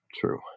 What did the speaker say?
true